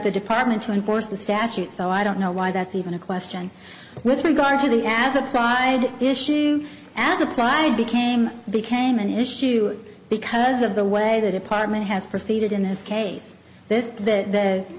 the department to enforce the statute so i don't know why that's even a question with regard to the half of pride issue as applied became became an issue because of the way the department has proceeded in this case this that